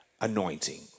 anointing